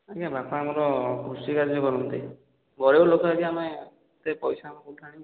ଆଜ୍ଞା ବାପା ଆମର କୃଷି କାର୍ଯ୍ୟ କରନ୍ତି ଗରିବ ଲୋକ ଆଜ୍ଞା ଆମେ ଏତେ ପଇସା ଆମେ କେଉଁଠୁ ଆଣିବୁ